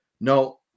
No